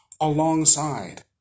alongside